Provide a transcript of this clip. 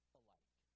alike